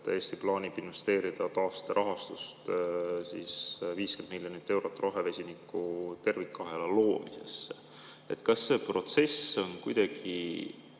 et Eesti plaanib investeerida taasterahastust 50 miljonit eurot rohevesiniku tervikahela loomisesse. Kas see protsess on